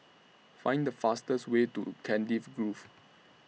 Find The fastest Way to Cardiff Grove